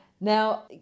Now